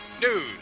news